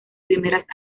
primeras